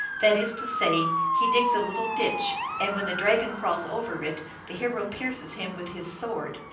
that is to say, he digs a little ditch, and when the dragon crawls over it the hero pierces him with his sword.